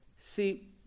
See